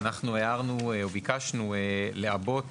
אנחנו הערנו וביקשנו לעבות